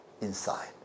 inside